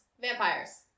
Vampires